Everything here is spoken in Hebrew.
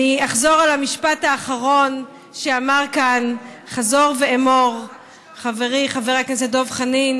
אני אחזור על המשפט האחרון שאמר כאן חזור ואמור חברי חבר הכנסת דב חנין,